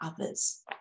others